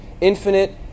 infinite